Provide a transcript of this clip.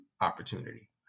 opportunity